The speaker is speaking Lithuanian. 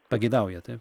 pageidauja taip